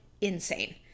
insane